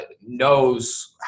knows